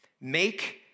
make